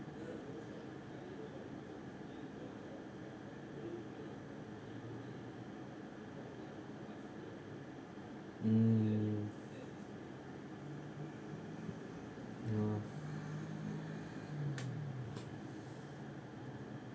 mm ya